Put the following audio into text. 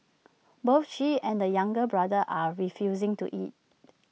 both she and the younger brother are refusing to eat